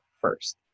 first